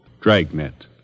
Dragnet